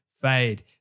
fade